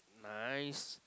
nice